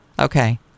Okay